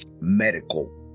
medical